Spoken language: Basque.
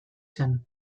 zen